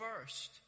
first